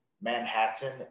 Manhattan